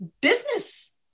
business